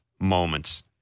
moments